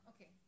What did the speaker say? okay